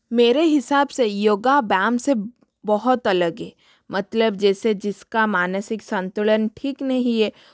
मेरे हिसाब से योग व्यायाम से बहुत अलग है मतलब जैसे जिस का मानसिक संतुलन ठीक नहीं है